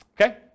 okay